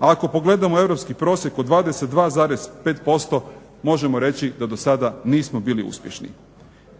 a ako pogledamo europski prosjek od 22,5% možemo reći da do sada nismo bili uspješni.